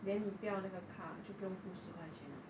then 你不要那个卡就不用付十块钱啊